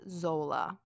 Zola